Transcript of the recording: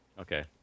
Okay